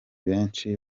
benshi